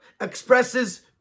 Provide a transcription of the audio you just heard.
expresses